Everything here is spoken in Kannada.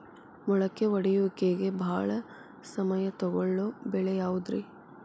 ಮೊಳಕೆ ಒಡೆಯುವಿಕೆಗೆ ಭಾಳ ಸಮಯ ತೊಗೊಳ್ಳೋ ಬೆಳೆ ಯಾವುದ್ರೇ?